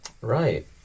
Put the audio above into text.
Right